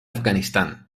afganistán